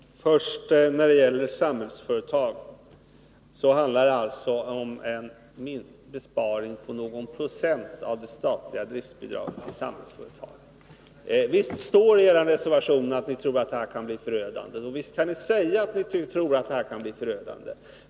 Herr talman! Först när det gäller Samhällsföretag, så handlar det alltså om en besparing på någon procent av det statliga driftsbidraget. Visst står det i er reservation att ni tror att det här kan bli förödande, och visst kan ni säga att ni tror att detta kan bli förödande.